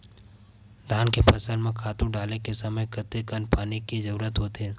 धान के फसल म खातु डाले के समय कतेकन पानी के जरूरत होथे?